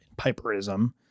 Piperism